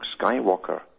Skywalker